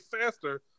faster